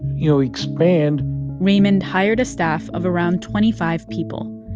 you know, expand raymond hired a staff of around twenty five people,